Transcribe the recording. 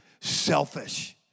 selfish